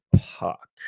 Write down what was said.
puck